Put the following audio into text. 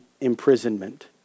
imprisonment